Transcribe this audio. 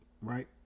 right